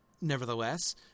nevertheless